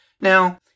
Now